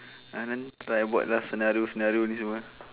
uh then tak payah buat lah scenario scenario ni semua